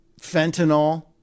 fentanyl